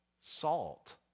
salt